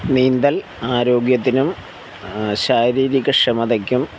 നീന്തൽ ആരോഗ്യത്തിനും ശാരീരികക്ഷമതയ്ക്കും